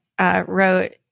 wrote